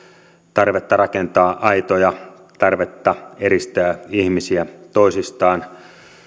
tarvetta rakentaa aitoja tarvetta eristää ihmisiä toisistaan